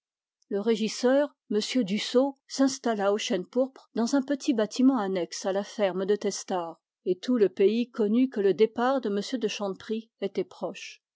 le régisseur m dussaux s'installa au chêne pourpre dans un petit bâtiment annexe à la ferme de testard et tout le monde connut que le départ de m de chanteprie était proche